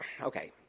Okay